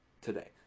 today